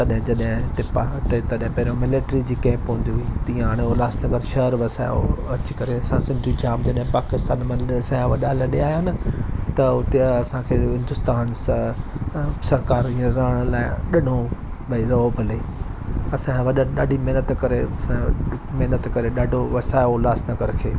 तॾहिं जॾहिं ते पेहिरो मिलिट्री जी कैप हूंदी हुई तीअं हाणे उल्हासनगर शहरु वसायो होयो अची करे असां सिंधी जाम जॾहिं पाकिस्तान मां असां जा वॾा लॾे आया न त हुते असां खे हिंदुस्तान सरकार इएं रहण लाइ ॾिनो भई रहो भले असां जा वॾनि ॾाढी महिनत करे असां जो महिनत करे ॾाढो वसायो उल्हासनगर खे